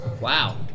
Wow